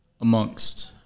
amongst